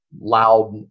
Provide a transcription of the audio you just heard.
loud